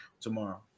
tomorrow